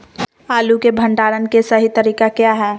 आलू के भंडारण के सही तरीका क्या है?